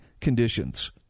conditions